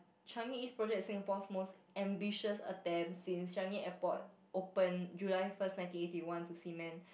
Changi-East project is Singapore's most ambitious attempt since Changi-Airport opened July first nineteen eighty one to cement